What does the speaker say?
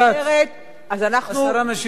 השרה משיבה לך.